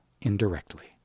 indirectly